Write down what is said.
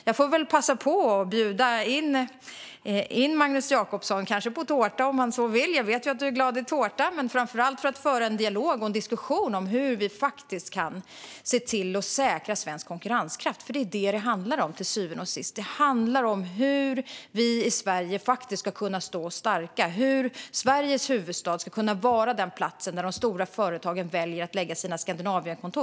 Jag får väl passa på att bjuda in Magnus Jacobsson, kanske på tårta - jag vet ju att du är glad i tårta - för att föra en dialog och diskussion om hur vi kan se till att säkra svensk konkurrenskraft, för det är det som det ytterst handlar om. Det handlar om hur vi i Sverige ska kunna stå starka och hur Sveriges huvudstad ska kunna vara den plats där de stora företagen väljer att lägga sina Skandinavienkontor.